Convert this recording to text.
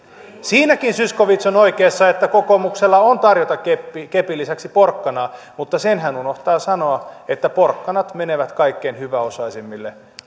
siinäkin zyskowicz on oikeassa että kokoomuksella on tarjota kepin lisäksi porkkanaa mutta sen hän unohtaa sanoa että porkkanat menevät kaikkein hyväosaisimmille